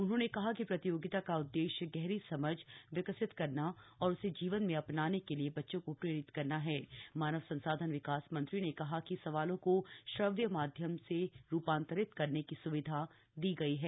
उन्होंने कहा कि प्रतियोगिता का उददेश्य गहरी समझ विकसित करना और उसे जीवन में अपनाने के लिए बच्चों को प्रेरित करना हथ मानव संसाधन विकास मंत्री ने कहा कि सवालों को श्रव्य माध्यम में रूपांतरित करने की सुविधा दी गई है